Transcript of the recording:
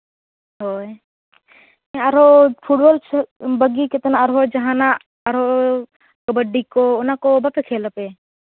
ᱦᱳᱭ ᱟᱨᱦᱚᱸ ᱯᱷᱩᱴᱵᱚᱞ ᱠᱷᱮᱞᱚᱜ ᱵᱟᱹᱜᱤ ᱠᱟᱛᱮᱫ ᱟᱨᱦᱚᱸ ᱡᱟᱦᱟᱱᱟᱜ ᱟᱨ ᱠᱟᱵᱟᱰᱤ ᱠᱚ ᱚᱱᱟ ᱠᱚ ᱵᱟᱯᱮ ᱠᱷᱮᱞᱟᱯᱮ